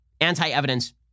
anti-evidence